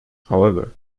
however